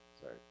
Sorry